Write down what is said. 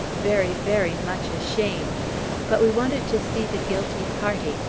very, very much ashamed but we wanted to see the guilty party,